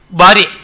bari